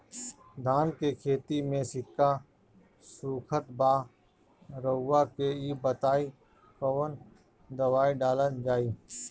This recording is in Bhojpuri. धान के खेती में सिक्का सुखत बा रउआ के ई बताईं कवन दवाइ डालल जाई?